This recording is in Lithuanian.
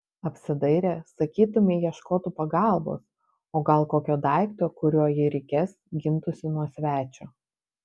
apsidairė sakytumei ieškotų pagalbos o gal kokio daikto kuriuo jei reikės gintųsi nuo svečio